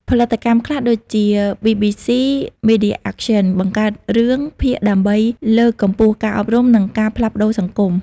ផលិតកម្មខ្លះដូចជា BBC Media Action បង្កើតរឿងភាគដើម្បីលើកកម្ពស់ការអប់រំ និងការផ្លាស់ប្តូរសង្គម។